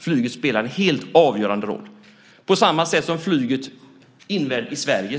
Flyget spelar en helt avgörande roll och viktig roll i Sverige.